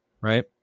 right